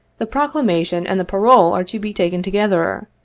the proclamation and the parole are to be taken together,